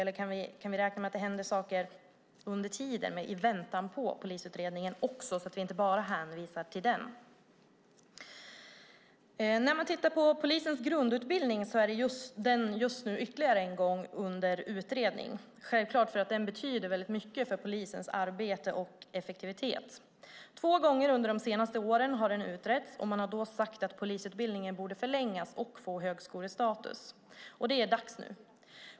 Eller kan vi räkna med att det händer saker i väntan på polisutredningen så att vi inte bara hänvisar till den? Polisens grundutbildning är under utredning ännu en gång. Den betyder självklart mycket för polisens arbete och effektivitet. Två gånger har utbildningen utretts under de senaste åren. Man har då sagt att polisutbildningen borde förlängas och få högskolestatus. Det är dags.